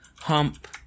hump